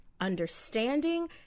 understanding